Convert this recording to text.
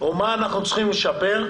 או מה אנחנו צריכים לשפר,